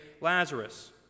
Lazarus